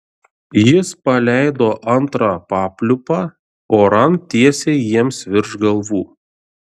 jis paleido antrą papliūpą oran tiesiai jiems virš galvų